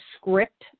script